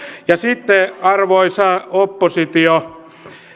ja sitten arvoisa oppositio